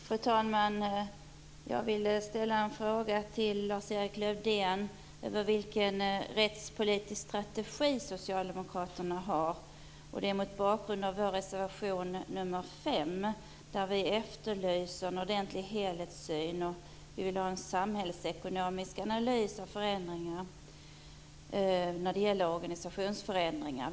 Fru talman! Jag vill ställa en fråga till Lars-Erik Lövdén om vilken rättspolitisk strategi socialdemokraterna har. Jag gör det mot bakgrund av vår reservation nr 5, där vi efterlyser en ordentlig helhetssyn och vill ha en samhällsekonomisk analys av organisationsförändringar.